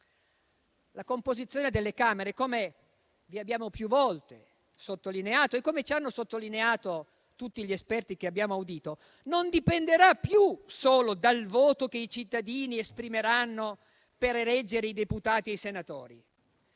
La composizione delle Camere - come vi abbiamo più volte sottolineato e come ci hanno sottolineato tutti gli esperti che abbiamo audito - non dipenderà più solo dal voto che i cittadini esprimeranno per eleggere i deputati e i senatori;